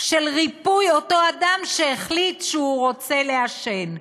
של ריפוי אותו אדם שהחליט שהוא רוצה לעשן.